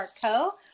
Co